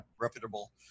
reputable